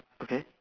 okay